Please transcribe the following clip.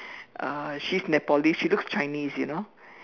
uh she is Nepalese she looks Chinese you know